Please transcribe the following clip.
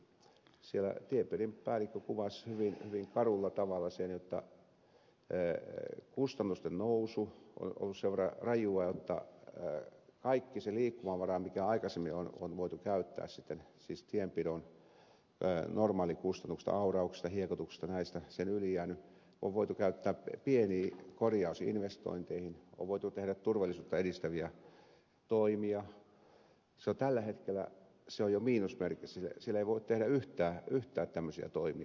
siellä tiepiirin päällikkö kuvasi hyvin karulla tavalla sen jotta kustannusten nousu on ollut sen verran rajua jotta kaikki se liikkumavara mikä aikaisemmin on voitu käyttää siis tienpidon normaalikustannuksista au rauksesta hiekoituksesta näistä yli jäänyt pieniin korjausinvestointeihin millä on voitu tehdä turvallisuutta edistäviä toimia on tällä hetkellä jo miinusmerkkistä siellä ei voi tehdä yhtään tämmöisiä toimia